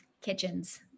Kitchens